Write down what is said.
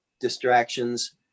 distractions